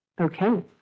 Okay